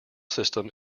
system